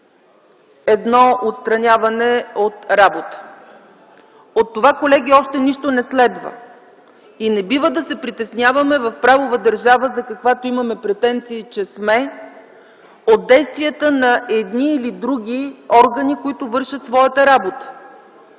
едно отстраняване от работа. От това, колеги, още нищо не следва. И не бива в правова държава, каквото имаме претенции, че сме, да се притесняваме от действията на едни или други органи, които вършат своята работа.